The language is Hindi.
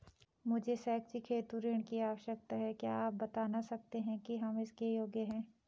मुझे शैक्षिक हेतु ऋण की आवश्यकता है क्या आप बताना सकते हैं कि हम इसके योग्य हैं?